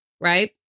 right